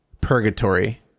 purgatory